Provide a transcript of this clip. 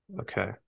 okay